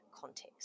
Context